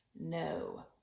No